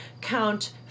count